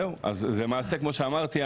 אז למעשה כמו שאמרתי,